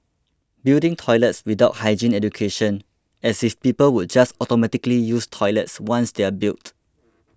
building toilets without hygiene education as if people would just automatically use toilets once they're built